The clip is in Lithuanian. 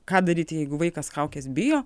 ką daryti jeigu vaikas kaukės bijo